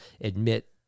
admit